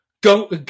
go